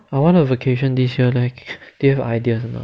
I want a vacation this year like give ideas or not